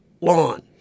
lawn